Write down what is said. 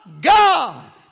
God